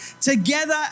together